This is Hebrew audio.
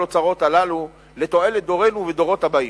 האוצרות הללו לתועלת דורנו והדורות הבאים.